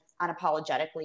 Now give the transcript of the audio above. unapologetically